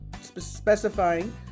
specifying